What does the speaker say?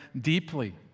deeply